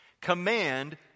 Command